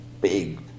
big